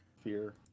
fear